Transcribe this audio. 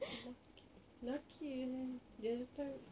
lucky lucky man the other time